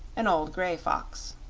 an old grey fox.